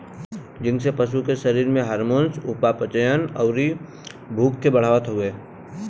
zinc से पशु के शरीर में हार्मोन, उपापचयन, अउरी भूख के बढ़ावत हवे